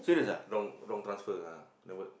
wrong wrong transfer ah the word